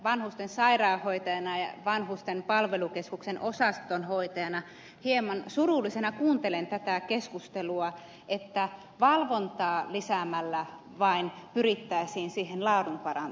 vanhusten sairaanhoitajana ja vanhusten palvelukeskuksen osastonhoitajana hieman surullisena kuuntelen tätä keskustelua että valvontaa lisäämällä vain pyrittäisiin siihen laadun parantamiseen